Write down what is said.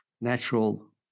natural